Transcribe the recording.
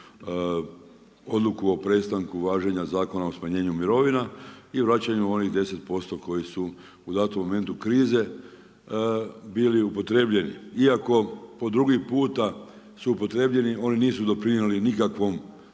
odluku o prestanku važenja Zakona o smanjenju mirovina i vraćanju onih 10% koji su u datom momentu krize bili upotrjebljeni, iako po drugi puta su upotrijebljeni oni nisu doprinijeli nikakvoj